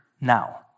now